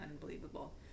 unbelievable